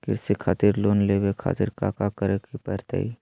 कृषि खातिर लोन लेवे खातिर काका करे की परतई?